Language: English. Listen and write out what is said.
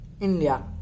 India